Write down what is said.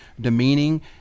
demeaning